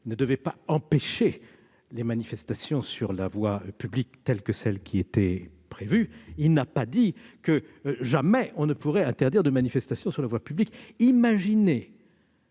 ne devait pas empêcher les manifestations sur la voie publique telles qu'elles étaient prévues. Il n'a pas dit que jamais on ne pourrait interdire de manifestation sur la voie publique ! Imaginez